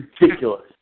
ridiculous